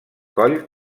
coll